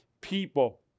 people